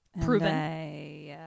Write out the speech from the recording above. Proven